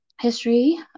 history